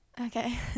Okay